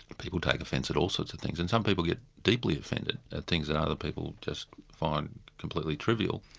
people take offence at all sorts of things, and some people get deeply offended at things that other people just find completely trivial.